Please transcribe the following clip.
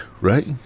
right